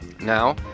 Now